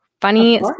funny